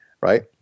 right